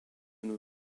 nos